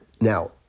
Now